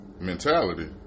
mentality